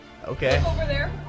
Okay